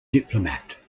diplomat